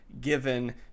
given